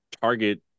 target